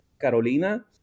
Carolina